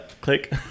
Click